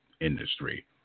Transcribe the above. industry